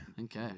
Okay